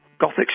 Gothic